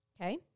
okay